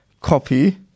copy